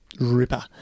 ripper